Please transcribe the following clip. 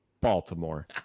Baltimore